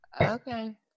Okay